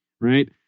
right